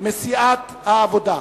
מסיעת העבודה.